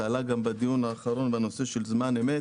זה עלה גם בדיון האחרון בנושא של זמן אמת,